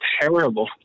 terrible